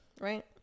right